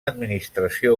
administració